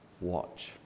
watch